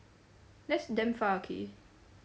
that is damn far okay